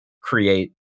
create